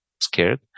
scared